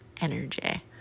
energy